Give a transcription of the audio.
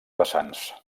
vessants